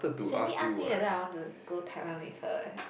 Sandy ask me if I want to go Taiwan with her eh